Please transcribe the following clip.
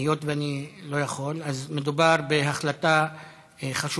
היות שאני לא יכול אז מדובר בהחלטה חשובה.